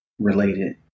related